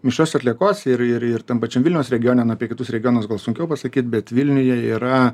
visose atliekose ir ir ir tam pačiam vilniaus regione na apie kitus regionus gal sunkiau pasakyti bet vilniuje yra